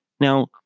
Now